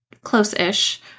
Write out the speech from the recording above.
close-ish